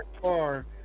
car